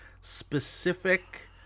specific